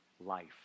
life